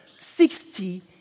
Sixty